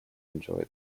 enjoy